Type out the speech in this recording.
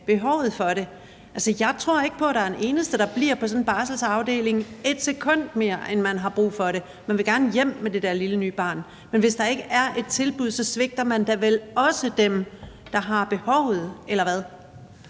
behovet for det. Altså, jeg tror ikke på, at der er en eneste, der bliver på sådan en barslesafdeling et sekund mere, end man har brug for; man vil gerne hjem med det der lille nye barn. Men hvis der ikke er et tilbud, svigter man da vel også dem, der har behovet, eller hvad?